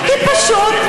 פשוט,